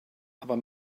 aber